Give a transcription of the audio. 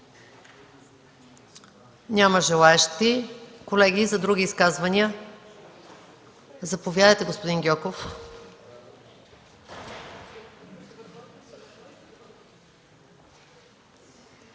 Няма желаещи. Колеги, има ли други изказвания? Заповядайте, господин Гьоков.